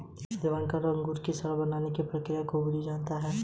चक्रवृद्धि ब्याज rolling balance पर आता है